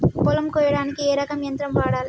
పొలం కొయ్యడానికి ఏ రకం యంత్రం వాడాలి?